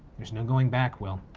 there's no going back, will.